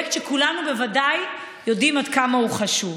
פרויקט שכולנו בוודאי יודעים עד כמה הוא חשוב.